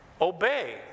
obey